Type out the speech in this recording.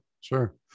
sure